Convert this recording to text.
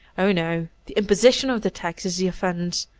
oh no! the imposition of the tax is the offense.